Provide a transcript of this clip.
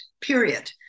period